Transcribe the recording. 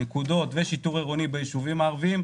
נקודות ושיטור עירוני ביישובים הערבים,